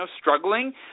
struggling